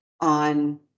on